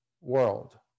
world